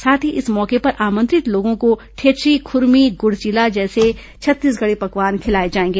साथ ही इस मौके पर आमंत्रित लोगों को ठेठरी खुरमी गुड़ चीला जैसे छत्तीसगढ़ी पकवान खिलाए जाएंगे